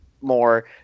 more